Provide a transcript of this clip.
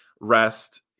rest